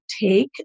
take